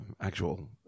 actual